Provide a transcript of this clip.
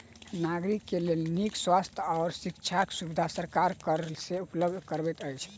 नागरिक के लेल नीक स्वास्थ्य आ शिक्षाक सुविधा सरकार कर से उपलब्ध करबैत अछि